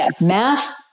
math